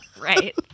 right